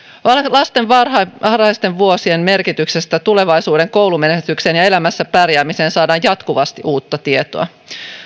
lasten varhaisten vuosien merkityksestä tulevaisuuden koulumenestykselle ja elämässä pärjäämiselle saadaan jatkuvasti uutta tietoa